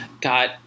got